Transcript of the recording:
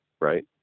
right